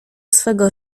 swego